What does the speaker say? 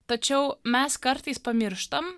tačiau mes kartais pamirštam